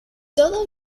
todos